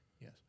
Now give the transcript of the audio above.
Yes